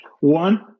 One